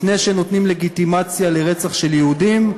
לפני שנותנים לגיטימציה לרצח של יהודים,